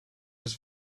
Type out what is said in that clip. was